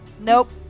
Nope